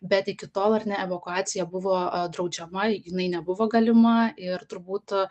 bet iki tol ar ne evakuacija buvo draudžiama jinai nebuvo galima ir turbūt